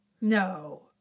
No